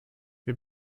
wir